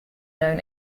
known